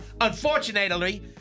Unfortunately